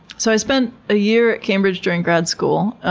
so i spent a year at cambridge during grad school,